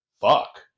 fuck